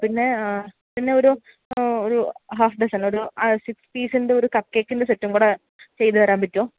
പിന്നെ പിന്നെ ഒരു ഒരു ഹാഫ് ഡസൺ ഒരു സിക്സ് പീസിന്റെയൊരു കപ്പ് കേക്കിൻ്റെ സെറ്റും കൂടെ ചെയ്തുതരാൻ പറ്റുമോ